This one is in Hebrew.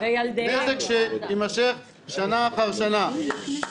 נזק שיימשך שנה אחר שנה.